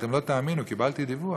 אתם לא תאמינו, קיבלתי דיווח.